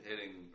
hitting